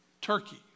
Turkey